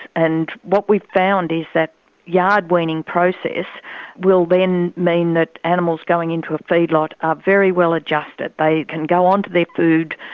and what we found is that yard-weaning process will then mean that animals going into a feedlot are very well adjusted. they can go on to their food,